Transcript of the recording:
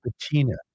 patina